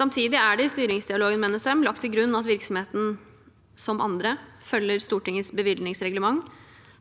Samtidig er det i styringsdialogen med NSM lagt til grunn at virksomheten, som andre, følger Stortingets bevilgningsreglement,